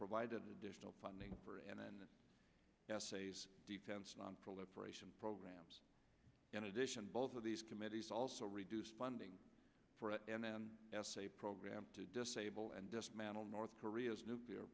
provide additional funding for and in defense nonproliferation programs in addition both of these committees also reduce funding for it and then yes a program to disable and dismantle north korea's nuclear